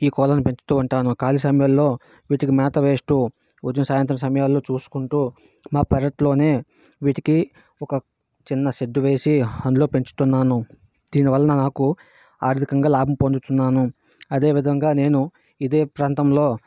ఈ కోళ్ళను పెంచుతూ ఉంటాను ఖాళీ సమయాల్లో వీటికి మేత వేస్తూ ఉదయం సాయంత్రం సమయాల్లో చూసుకుంటూ మా పెరట్లోనే వీటికి ఒక చిన్న షెడ్డు వేసి అందులో పెంచుతున్నాను దీని వలన నాకు ఆర్థికంగా లాభం పొందుతున్నాను అదే విధంగా నేను ఇదే ప్రాంతంలో